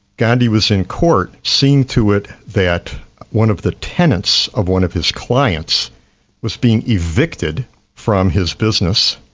gandhi was in court seeing to it that one of the tenants of one of his clients was being evicted from his business,